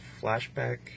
flashback